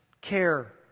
care